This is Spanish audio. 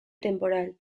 temporal